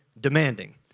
demanding